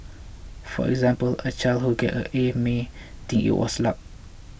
for example a child who gets an A may think it was luck